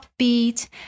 upbeat